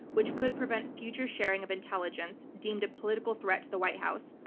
which could prevent future sharing of intelligence deemed a political threat to the white house,